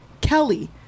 kelly